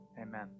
amen